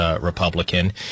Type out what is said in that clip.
Republican